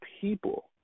people